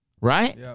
right